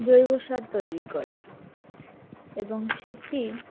জৈব সার তৈরি করে এবং সেটি